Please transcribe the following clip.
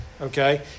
okay